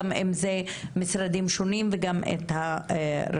גם אם זה משרדים שונים וגם את הרשות.